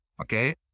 okay